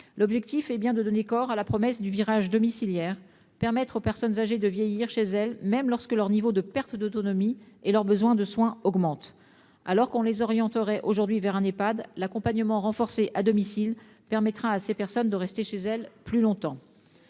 objectif est bien de donner corps à la promesse du virage domiciliaire : permettre aux personnes âgées de vieillir chez elles, même lorsque leur niveau de perte d'autonomie et leurs besoins de soins augmentent. Alors qu'on les orienterait aujourd'hui vers un Ehpad, l'accompagnement renforcé à domicile permettra à ces personnes de rester chez elles plus longtemps.